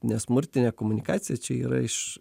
nesmurtinė komunikacija čia yra iš